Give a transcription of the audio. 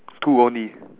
two only